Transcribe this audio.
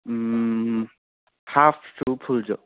ꯍꯥꯐꯁꯨ ꯐꯨꯜꯁꯨ